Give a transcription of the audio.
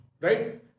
right